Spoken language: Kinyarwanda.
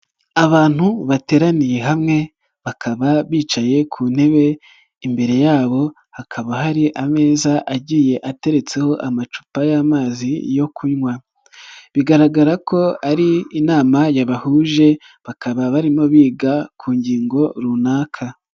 Abantu bateraniye hamwe bakaba bicaye ku ntebe, imbere yabo hakaba hari ameza agiye ateretseho amacupa y'amazi yo kunywa bigaragara ko ari inama yabahuje, bakaba barimo biga ku ngingo runaka.